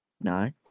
No